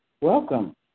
welcome